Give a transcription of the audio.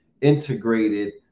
integrated